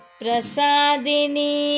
prasadini